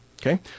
Okay